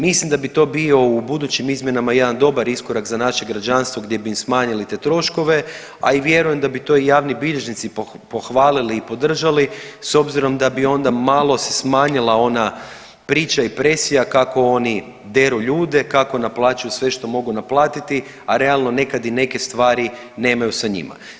Mislim da bi to bio u budućim izmjenama jedan dobar iskorak za naše građanstvo gdje bi im smanjili te troškove, a i vjerujem da bi to i javni bilježnici pohvalili i podržali, s obzirom da bi onda malo se smanjila ona priča i presija kako oni deru ljude, kako naplaćuju sve što mogu naplatiti, a realno, nekad i neke stvari nemaju sa njima.